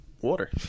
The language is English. water